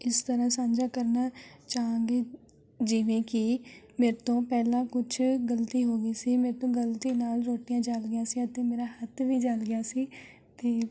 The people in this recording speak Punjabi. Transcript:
ਇਸ ਤਰ੍ਹਾਂ ਸਾਂਝਾ ਕਰਨਾ ਚਾਹਵਾਂਗੇ ਜਿਵੇਂ ਕਿ ਮੇਰੇ ਤੋਂ ਪਹਿਲਾਂ ਕੁਛ ਗਲਤੀ ਹੋਈ ਸੀ ਮੇਰੇ ਤੋਂ ਗਲਤੀ ਨਾਲ ਰੋਟੀਆਂ ਜਲ਼ ਗਈਆਂ ਸੀ ਅਤੇ ਮੇਰਾ ਹੱਥ ਵੀ ਜਲ਼ ਗਿਆ ਸੀ ਅਤੇ